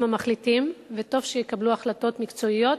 המחליטים וטוב שיקבלו החלטות מקצועיות